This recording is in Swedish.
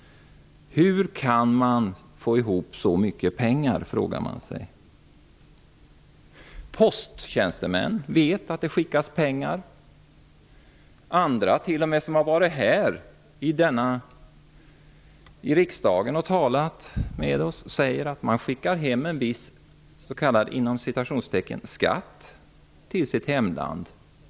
Hur kan man få ihop så mycket pengar? Posttjänstemän vet att det skickas pengar. Andra, som t.o.m. har varit här i riksdagen och talat med oss, säger att man skickar hem en viss ''skatt'' till sitt hemland.